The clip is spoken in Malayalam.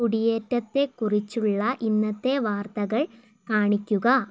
കുടിയേറ്റത്തെ കുറിച്ചുള്ള ഇന്നത്തെ വാർത്തകൾ കാണിക്കുക